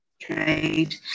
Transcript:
trade